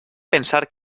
pensar